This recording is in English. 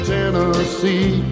Tennessee